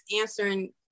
answering